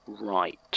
Right